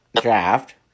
draft